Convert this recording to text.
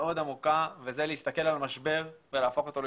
מאוד עמוקה וזה להסתכל על המשבר ולהפוך אותו להזדמנות.